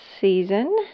season